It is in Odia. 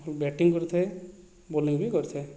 ବ୍ୟାଟିଂ କରିଥାଏ ବୋଲିଙ୍ଗ୍ ବି କରିଥାଏ